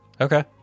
okay